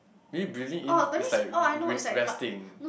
maybe breathing in is like r~ r~ resting